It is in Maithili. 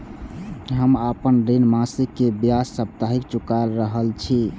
हम आपन ऋण मासिक के ब्याज साप्ताहिक चुका रहल छी